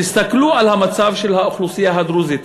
תסתכלו על המצב של האוכלוסייה הדרוזית.